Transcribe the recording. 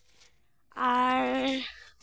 ᱟᱨ